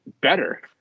better